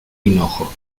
hinojo